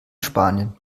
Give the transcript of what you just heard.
spanien